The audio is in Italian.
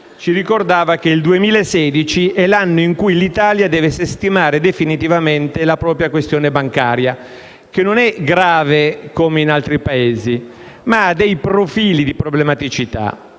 ci ricordava che il 2016 è l'anno in cui l'Italia deve sistemare definitivamente la propria questione bancaria, che non è grave come in altri Paesi, ma ha dei profili di problematicità.